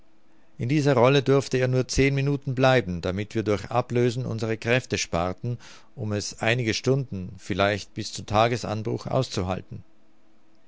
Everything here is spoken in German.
in dieser rolle durfte er nur zehn minuten bleiben damit wir durch ablösen unsere kräfte sparten um es einige stunden vielleicht bis zu tagesanbruch auszuhalten